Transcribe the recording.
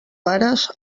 pares